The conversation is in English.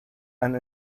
and